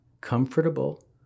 comfortable